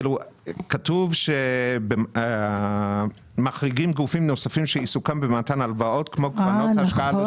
כתוב שמחריגים גופים נוספים שעיסוקם במתן הלוואות כמו קרנות השקעה...